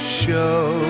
show